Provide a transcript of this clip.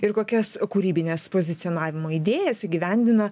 ir kokias kūrybines pozicionavimo idėjas įgyvendina